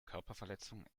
körperverletzung